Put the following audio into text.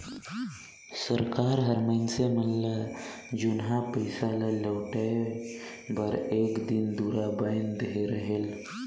सरकार हर मइनसे मन ल जुनहा पइसा ल लहुटाए बर एक दिन दुरा बांएध देहे रहेल